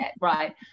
right